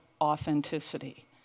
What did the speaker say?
authenticity